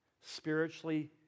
spiritually